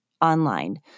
online